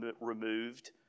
removed